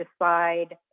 decide